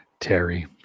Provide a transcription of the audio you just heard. Terry